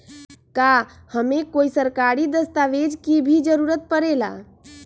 का हमे कोई सरकारी दस्तावेज के भी जरूरत परे ला?